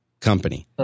company